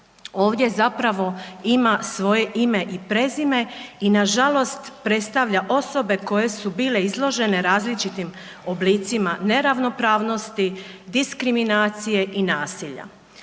ovdje zapravo ima svoje ime i prezime i nažalost predstavlja osobe koje su bile izložene različitim oblicima neravnopravnosti, diskriminacije i nasilja.